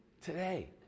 today